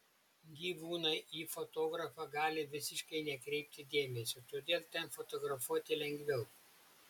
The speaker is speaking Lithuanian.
gyvūnai į fotografą gali visiškai nekreipti dėmesio todėl ten fotografuoti lengviau